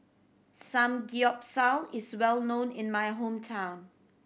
samgyeopsal is well known in my hometown